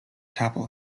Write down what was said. chapel